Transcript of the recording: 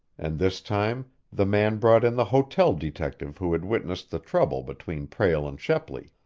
and this time the man brought in the hotel detective who had witnessed the trouble between prale and shepley.